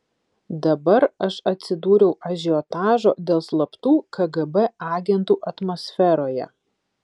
dabar aš atsidūriau ažiotažo dėl slaptų kgb agentų atmosferoje